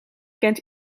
kent